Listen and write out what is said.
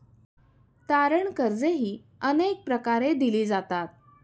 तारण कर्जेही अनेक प्रकारे दिली जातात